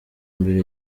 imbere